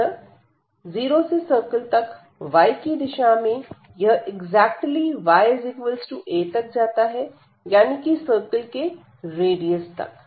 अतः 0 से सर्कल तक y दिशा में यह एगजैक्टली ya तक जाता है यानी कि सर्कल के रेडियस तक